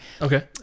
Okay